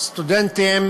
סטודנטים